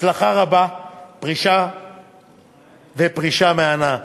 הצלחה רבה ופרישה מהנה.